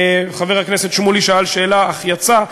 חבר הכנסת שמולי שאל שאלה אך יצא,